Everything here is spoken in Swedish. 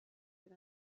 till